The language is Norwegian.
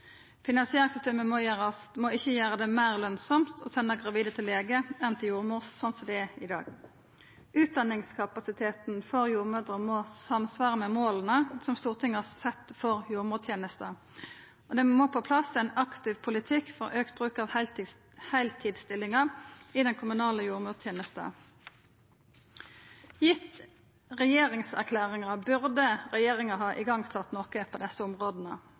må ikkje gjera det meir lønsamt å senda gravide til lege enn til jordmor, slik det er i dag. Utdanningskapasiteten for jordmødrer må samsvara med måla som Stortinget har sett for jordmortenesta, og det må på plass ein aktiv politikk for auka bruk av heiltidsstillingar i den kommunale jordmortenesta. Gitt regjeringserklæringa burde regjeringa ha sett i gang noko på desse områda.